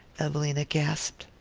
evelina gasped.